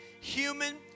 human